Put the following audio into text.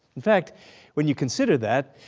in fact when you consider that,